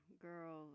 girl